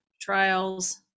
trials